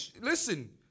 Listen